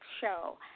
show